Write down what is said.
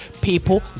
people